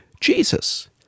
Jesus